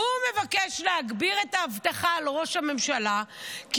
הוא מבקש להגביר את האבטחה על ראש הממשלה כי